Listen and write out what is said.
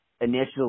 initially